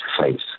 face